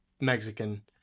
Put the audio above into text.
Mexican